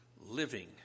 living